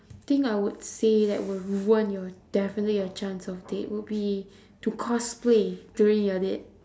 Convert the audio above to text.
thing I would say that will ruin your definitely a chance of date would be to cosplay during your date